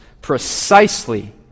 precisely